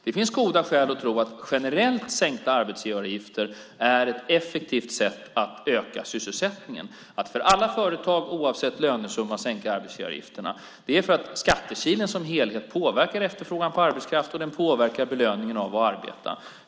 Det finns goda skäl att tro att generellt sänkta arbetsgivaravgifter är ett effektivt sätt att öka sysselsättningen, det vill säga att man för alla företag oavsett lönesumma sänker arbetsgivaravgiften. Det är för att skattekilen som helhet påverkar efterfrågan på arbetskraft och den påverkar belöningen av att man arbetar.